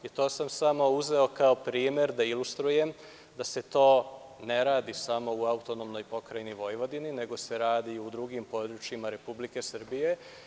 To sam samo uzeo kao primer da ilustrujem da se to ne radi samo u AP Vojvodini, nego se radi i u drugim područjima Republike Srbije.